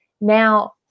now